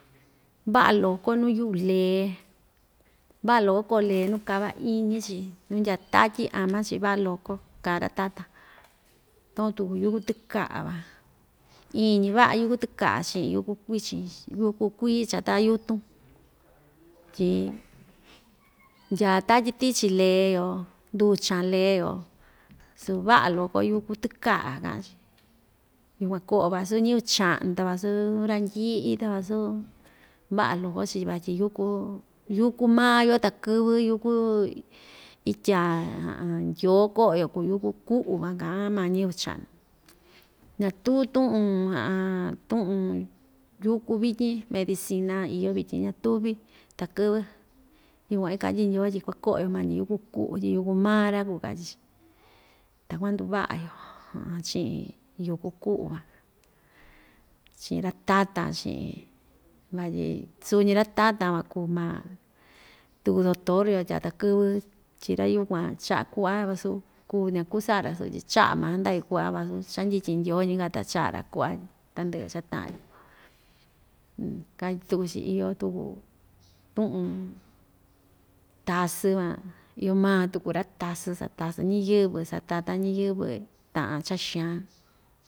Va'a loko nu yu'u lee va'a loko ko'o lee nu kava iñi‑chi nuu ndya tatyi amachi va'a loko ka'an ra‑tatan takuan tuku yúku tɨka'a van iin‑ñi va'a yúku tɨka'a chi'in yúku kuichin yúku kuii chata yutun tyi ndyaa tatyi tichi lee‑yo nduchan lee‑yo su va'a loko yúku tɨka'a ka'an‑chi yukuan ko'o vasu ñɨvɨ cha'nu ta vasu randyi'i ta vasu va'a loko‑chi vatyi yúku yúku maa‑yo takɨ́vɨ yúku ityaa ndyoo ko'o‑yo kuu yúku ku'u van ka'an maa ñɨvɨ cha'nu ñatuu tu'un tu'un yúku vityin medicina iyo vityin ñatuvi takɨ́vɨ yukuan ikatyi ndyoo tyi kuako'o‑yo mañi yúku ku'u tyi yúku maa‑ra kuu katyi‑chi ta kuanduva'a‑yo chi'in yúku ku'u van chi'in ra‑tatan chi'in vatyi suu‑ñi ra‑tatan van kuu ma tuku doctor‑yo tya takɨ́vɨ tyi ra‑yukuan cha'a ku'va vasu kuu ña‑kuu sa'a‑ra sutyi cha'a maa chanda'vi ku'va vasu cha‑ndyityin ndyoo ñi‑ka ta cha'a‑ra ku'va tandɨ'ɨ cha‑ta'an‑yo katyi tuku‑chi iyo tuku tu'un tasɨɨ van iyo maa tuku ra‑tasɨɨ satasɨɨ ñiyɨvɨ satatan ñiyɨvɨ ta'an cha xaan.